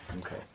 okay